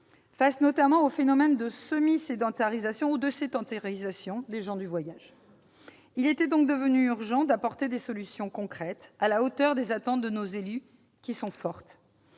face notamment au phénomène de semi-sédentarisation ou de sédentarisation des gens du voyage. Il était donc devenu urgent d'apporter des solutions concrètes, à la hauteur des attentes de nos élus, qui sont fortes.